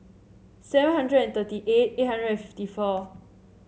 seven hundred and thirty eight eight hundred and fifty four